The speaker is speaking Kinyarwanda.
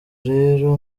rero